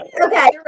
Okay